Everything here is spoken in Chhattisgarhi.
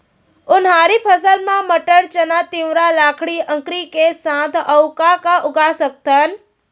उनहारी फसल मा मटर, चना, तिंवरा, लाखड़ी, अंकरी के साथ अऊ का का उगा सकथन?